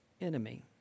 enemy